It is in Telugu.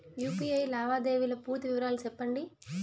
యు.పి.ఐ లావాదేవీల పూర్తి వివరాలు సెప్పండి?